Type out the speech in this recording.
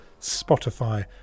Spotify